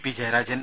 P Jayarajan